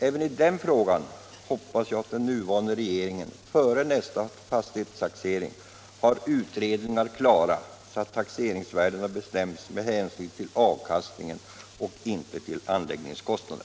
Även i den frågan hoppas jag att den nuvarande regeringen före nästa fastighetstaxering har utredningar klara, så att taxeringsvärdena bestäms med hänsyn till avkastningen och inte till anläggningskostnaden.